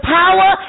power